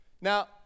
Now